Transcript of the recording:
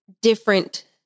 different